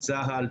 צה"ל,